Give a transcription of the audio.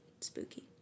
Spooky